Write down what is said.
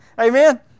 Amen